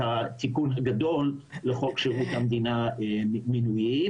התיקון הגדול לחוק שירות המדינה מינויים,